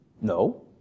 No